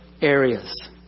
areas